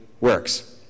works